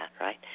right